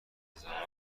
انتظارات